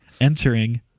Entering